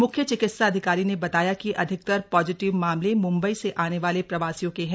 म्ख्य चिकित्साधिकारी ने बताया कि अधिकतर पॉजिटिव मामले मंबई से आने वाले प्रवासियों के हैं